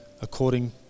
according